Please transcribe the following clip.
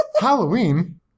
Halloween